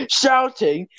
shouting